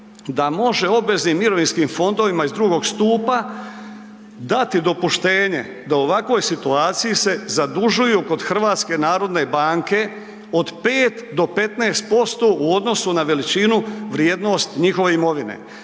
da može obveznim mirovinskim fondovima iz drugog stupa dati dopuštenje da u ovakvoj situaciji se zadužuju kod HNB-a od 5 do 15% u odnosu na veličinu vrijednost njihove imovine.